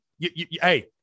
Hey